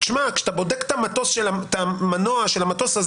תשמע כשאתה בודק את המנוע של המטוס הזה